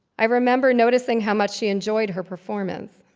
i remember noticing how much she enjoyed her performance.